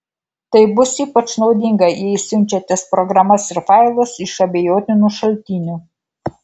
tai bus ypač naudinga jei siunčiatės programas ir failus iš abejotinų šaltinių